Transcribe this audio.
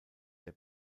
der